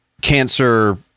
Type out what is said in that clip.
cancer